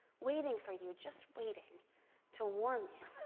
waiting for you, just waiting to warm you.